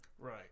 right